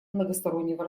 многостороннего